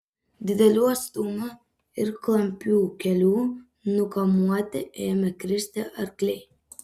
didelių atstumų ir klampių kelių nukamuoti ėmė kristi arkliai